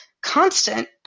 constant